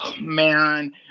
man